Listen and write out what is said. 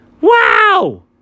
Wow